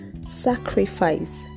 sacrifice